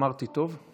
אמרתי טוב?